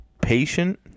patient